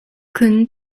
kun